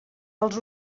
els